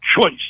choice